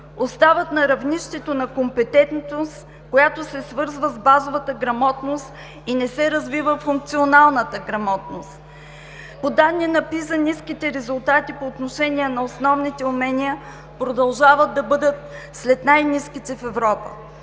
остават на равнището на компетентност, която се свързва с базовата грамотност и не се развива функционалната грамотност. По данни на PISA ниските резултати по отношение на основните умения продължават да бъдат сред най-ниските в Европа.